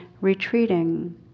retreating